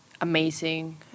amazing